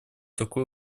такое